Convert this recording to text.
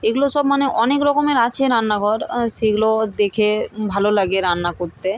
এগুলো সব মানে অনেক রকমের আছে রান্নাঘর সেগুলো দেখে ভালো লাগে রান্না করতে